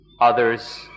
others